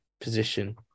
position